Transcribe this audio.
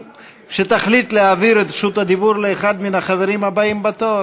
כשתחליט להעביר את רשות הדיבור לאחד מן החברים הבאים בתור,